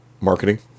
marketing